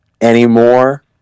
anymore